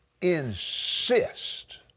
insist